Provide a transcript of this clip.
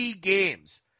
games